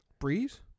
Breeze